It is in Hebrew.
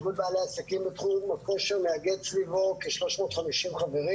איגוד בעלי העסקים בתחום הכושר מאגד סביבו כ-350 חברים,